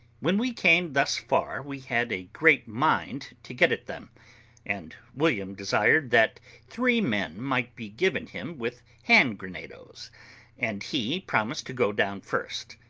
when we came thus far we had a great mind to get at them and william desired that three men might be given him with hand-grenadoes and he promised to go down first,